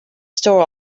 store